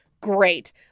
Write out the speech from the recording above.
great